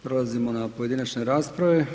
Prelazimo na pojedinačne rasprave.